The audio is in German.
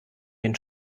den